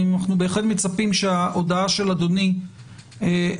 אנחנו בהחלט מצפים שההודעה של אדוני על